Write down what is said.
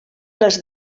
les